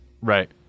Right